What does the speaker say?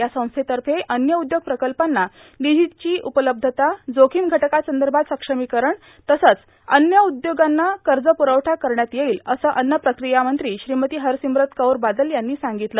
या संस्थेतर्फे अन्नउद्योग प्रकत्पांना निधीची उपलब्धता जोखीम घटक्रसंदर्भात सक्षमीकरण तसंच अन्न उद्योगांना कर्ज पुरवठा करण्यात येईल असं अन्न प्रक्रिया मंत्री श्रीमती हरसिमरत कौर बादल यांनी सांगितलं